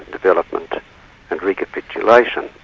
development and recapitulation.